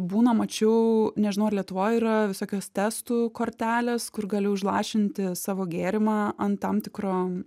būna mačiau nežinau ar lietuvoj yra visokios testų kortelės kur gali užlašinti savo gėrimą ant tam tikro